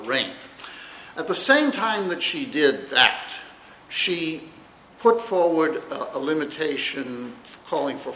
range of the same time that she did that she put forward a limitation calling for